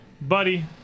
buddy